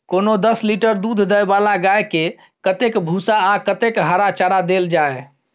कोनो दस लीटर दूध दै वाला गाय के कतेक भूसा आ कतेक हरा चारा देल जाय?